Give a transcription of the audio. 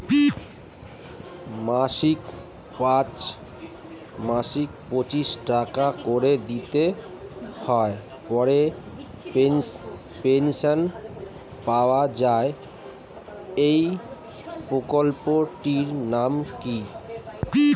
মাসিক পঁচিশ টাকা করে দিতে হয় পরে পেনশন পাওয়া যায় এই প্রকল্পে টির নাম কি?